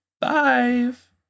five